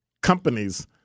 companies